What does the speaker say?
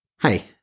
Hey